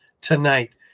tonight